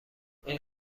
این